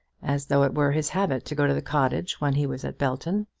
as though it were his habit to go to the cottage when he was at belton.